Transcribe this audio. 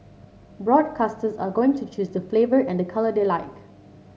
broadcasters are going to choose the flavour and colour they like